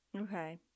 Okay